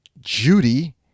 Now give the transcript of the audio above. Judy